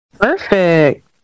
Perfect